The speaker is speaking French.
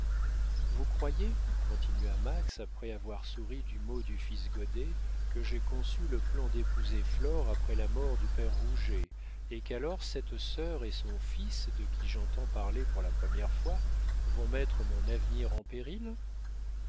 vous croyez continua max après avoir souri du mot du fils goddet que j'ai conçu le plan d'épouser flore après la mort du père rouget et qu'alors cette sœur et son fils de qui j'entends parler pour la première fois vont mettre mon avenir en péril